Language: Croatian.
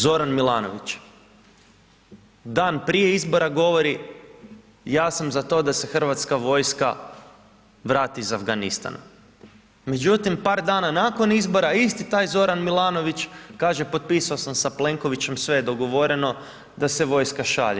Zoran Milanović dan prije izbora govori ja sam za to da se Hrvatska vojska vrati iz Afganistana, međutim par dana nakon izbora isti taj Zoran Milanović kaže potpisao sam sa Plenkovićem sve je dogovoreno da se vojska šalje.